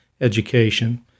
education